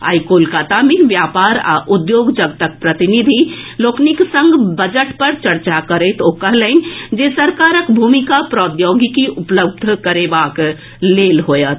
आइ कोलकाता मे व्यापार आ उद्योग जगतक प्रतिनिधि लोकनिक संग बजट पर चर्चा करैत ओ कहलनि जे सरकारक भूमिका प्रौद्योगिकी उपलब्ध करेबाक लेल होयत